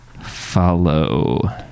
follow